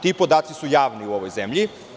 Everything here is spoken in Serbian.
Ti podaci su javni u ovoj zemlji.